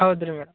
ಹೌದು ರೀ ಮೇಡಮ್